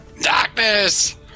Darkness